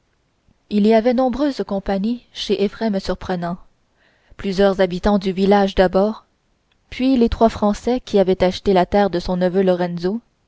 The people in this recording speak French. il y avait nombreuse compagnie chez éphrem surprenant plusieurs habitants du village d'abord puis les trois français qui avaient acheté la terre de son neveu lorenzo